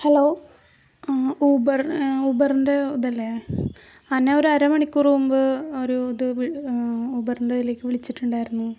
hello Uber ഊബർൻ്റെ ഇതല്ലേ ആ നാ ഒരര മണിക്കൂറ് മുമ്പ് ഒരു ഇത് വി ഉബർൻടിതിലേക്ക് വിളിച്ചിട്ടുണ്ടായിരുന്നു